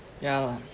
yeah lah